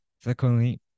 Secondly